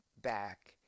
back